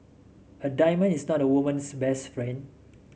a diamond is not a woman's best friend